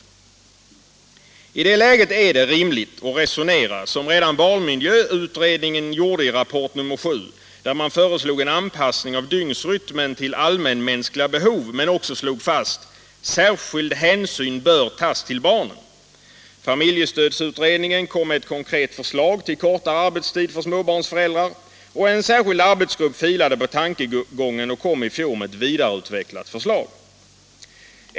37 I det läget är det rimligt att resonera som redan barnmiljöutredningen gjorde i rapport nr 7, där man föreslog en anpassning av dygnsrytmen till allmänmänskliga behov men också slog fast: ”Särskild hänsyn bör tas till barnen.” Familjestödsutredningen kom med ett konkret förslag till kortare arbetstid för småbarnsföräldrar. En särskild arbetsgrupp filade på tankegången och kom i fjol med ett vidareutvecklat förslag.